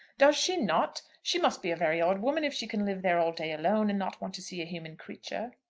does she not? she must be a very odd woman if she can live there all day alone, and not want to see a human creature.